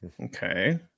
Okay